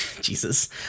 Jesus